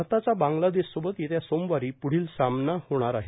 भारताचा बांगलादेश सोबत येत्या सोमवारी प्ढील सामना होणार आहे